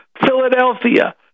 Philadelphia